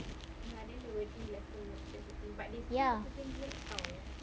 ya